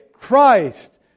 Christ